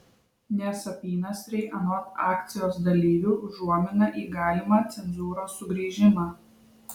nes apynasriai anot akcijos dalyvių užuomina į galimą cenzūros sugrįžimą